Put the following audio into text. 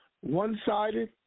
one-sided